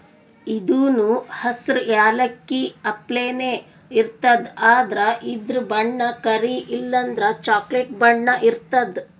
ಇದೂನು ಹಸ್ರ್ ಯಾಲಕ್ಕಿ ಅಪ್ಲೆನೇ ಇರ್ತದ್ ಆದ್ರ ಇದ್ರ್ ಬಣ್ಣ ಕರಿ ಇಲ್ಲಂದ್ರ ಚಾಕ್ಲೆಟ್ ಬಣ್ಣ ಇರ್ತದ್